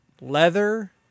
leather